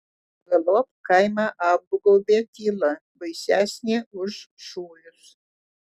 galop kaimą apgaubė tyla baisesnė už šūvius